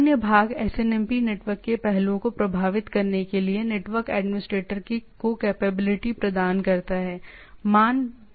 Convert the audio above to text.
अन्य भाग SNMP network के पहलुओं को प्रभावित करने के लिए नेटवर्क एडमिनिस्ट्रेटर को कैपेबिलिटी प्रदान करता है